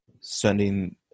sending